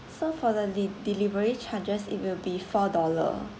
so for the de~ delivery charges it will be four dollar